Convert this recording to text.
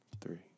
three